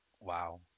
Wow